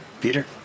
Peter